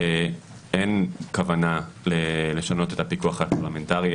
אין כוונה לשנות את הפיקוח הפרלמנטרי.